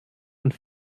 und